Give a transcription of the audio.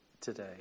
today